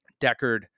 Deckard